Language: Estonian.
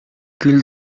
küll